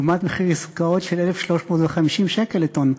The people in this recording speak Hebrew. לעומת מחיר עסקאות של 1,350 שקל לטון,